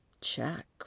check